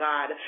God